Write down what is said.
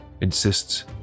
insists